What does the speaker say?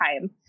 time